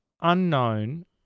unknown